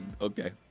Okay